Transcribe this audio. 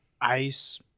ice